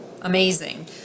amazing